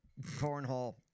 Cornhole